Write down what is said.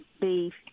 beef